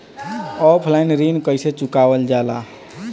Offline ऋण कइसे चुकवाल जाला?